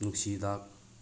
ꯅꯨꯡꯁꯤ ꯍꯤꯗꯥꯛ